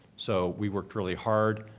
so we worked really hard.